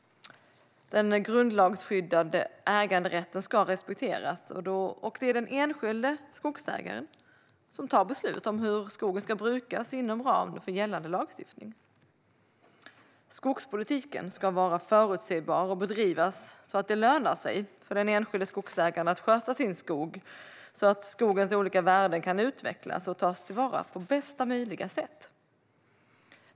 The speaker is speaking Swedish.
Den grundlagsskyddade äganderätten ska respekteras, och det är den enskilde skogsägaren som fattar beslut om hur skogen ska brukas inom ramen för gällande lagstiftning. Skogspolitiken ska vara förutsägbar och bedrivas så att det lönar sig för den enskilde skogsägaren att sköta sin skog så att skogens olika värden kan utvecklas och tas till vara på bästa möjliga sätt.